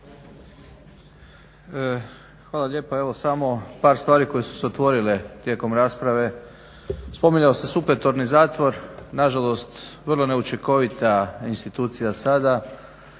Hvala lijepa. Evo samo par stvari koje su se otvorile tijekom rasprave. Spominjao se supletorni zatvor, nažalost vrlo neučinkovita institucija sada.